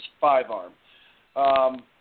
five-arm